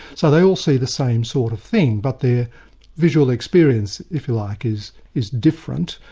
so they all see the same sort of thing, but their visual experience, if you like, is is different,